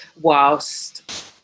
whilst